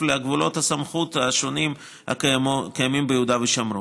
לגבולות הסמכות השונים הקיימים ביהודה ושומרון.